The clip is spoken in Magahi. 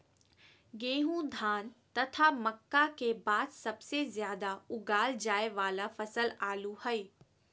गेहूं, धान तथा मक्का के बाद सबसे ज्यादा उगाल जाय वाला फसल आलू हइ